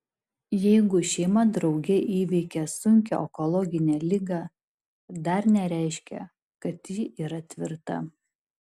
jeigu šeima drauge įveikė sunkią onkologinę ligą dar nereiškia kad ji yra tvirta